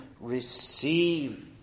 receive